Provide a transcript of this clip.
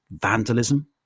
vandalism